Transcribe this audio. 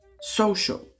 social